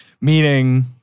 Meaning